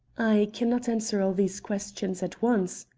i can not answer all these questions at once,